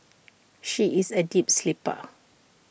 she is A deep sleeper